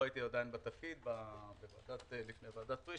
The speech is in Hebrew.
עוד לא הייתי בתפקיד לפני ועדת פריש,